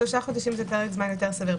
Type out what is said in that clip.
שלושה חודשים זה פרק זמן יותר סביר.